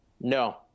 No